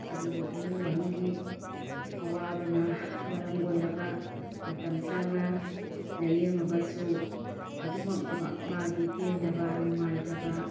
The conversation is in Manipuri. ꯑꯗꯨꯕꯨ ꯏꯃꯨꯡ ꯃꯅꯨꯡꯒꯤ ꯑꯋꯥꯕꯅ ꯃꯔꯝ ꯑꯣꯏꯔꯒ ꯃꯇꯝ ꯆꯥꯅ ꯂꯥꯏꯌꯦꯡꯉꯒꯁꯨ ꯑꯗꯨꯝꯃꯛ ꯃꯥꯒꯤ ꯄꯦꯟꯗꯕ ꯅꯨꯡꯉꯥꯏꯇꯕ